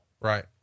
Right